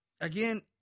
again